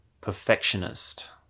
perfectionist